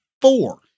four